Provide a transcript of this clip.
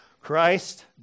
Christ